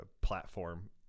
platform